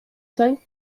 cinq